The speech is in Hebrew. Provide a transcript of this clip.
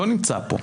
לא נמצא פה,